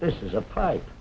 this is a price